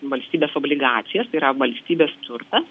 valstybės obligacijas tai yra valstybės turtas